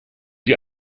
sie